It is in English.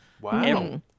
Wow